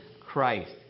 Christ